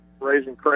raising